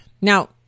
Now